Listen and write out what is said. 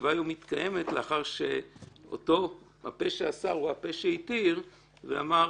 והישיבה היום מתקיימת לאחר שאותו הפה שאסר הוא הפה שהתיר ואמר: